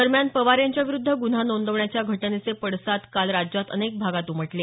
दरम्यान पवार यांच्याविरूद्ध गुन्हा नोंदवण्याच्या घटनेचे पडसाद काल राज्यात अनेक भागात उमटले